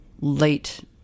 late